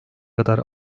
kadar